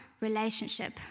relationship